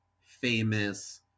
famous